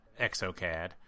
ExoCAD